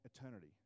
eternity